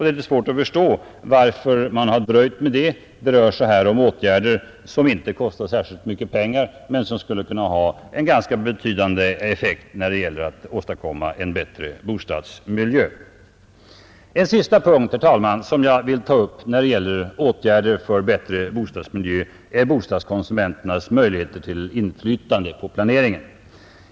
Det är svårt att förstå varför man dröjt, ty det rör sig här om åtgärder som inte kostar så mycket pengar men som skulle kunna ha en betydande effekt när det gäller att åstadkomma en bättre bostadsmiljö. En sista punkt, herr talman, som jag vill ta upp när det gäller åtgärder för en bättre bostadsmiljö är bostadskonsumenternas möjligheter till inflytande på planeringen.